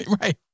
Right